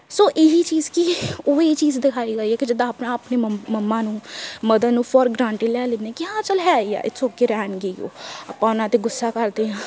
ਸੋ ਇਹ ਹੀ ਚੀਜ਼ ਕਿ ਉਹ ਇਹ ਚੀਜ਼ ਦਿਖਾਈ ਗਈ ਕਿ ਜਿੱਦਾਂ ਆਪਣਾ ਆਪਣੀ ਮ ਮੰਮਾ ਨੂੰ ਮਦਰ ਨੂੰ ਫੋਰ ਗਰੰਟਡ ਲੈ ਲੈਂਦੇ ਹਾਂ ਕਿ ਹਾਂ ਚੱਲ ਹੈ ਹੀ ਆ ਇਟਸ ਓਕੇ ਉਹ ਰਹਿਣਗੇ ਹੀ ਉਹ ਆਪਾਂ ਉਹਨਾਂ 'ਤੇ ਗੁੱਸਾ ਕਰਦੇ ਹਾਂ